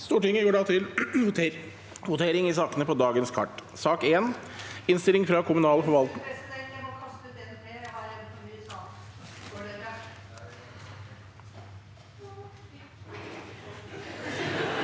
Stortinget går da til vote- ring over sakene på dagens kart.